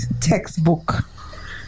Textbook